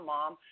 Mom